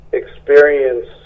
experience